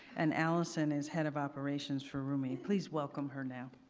and allison is head of operations for rumie. please welcome her now.